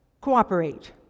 cooperate